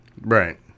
Right